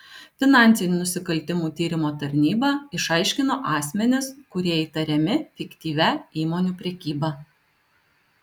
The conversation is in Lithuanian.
finansinių nusikaltimų tyrimo tarnyba išaiškino asmenis kurie įtariami fiktyvia įmonių prekyba